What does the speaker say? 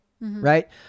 right